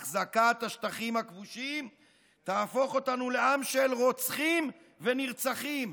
החזקת השטחים הכבושים תהפוך אותנו לעם של רוצחים ונרצחים".